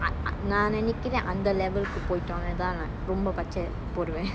நான் நெனைக்குரன் அந்த:naan nenaikuran antha level கு போய்டணு தான் நான் ரொம்ப பச்ச போடுவன்:ku poytanu than naan romba pacha poduvan